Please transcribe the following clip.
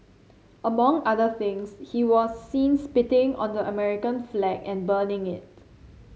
among other things he was seen spitting on the American flag and burning it